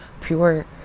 pure